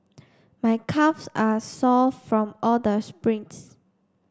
my calves are sore from all the sprints